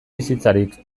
bizitzarik